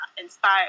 inspired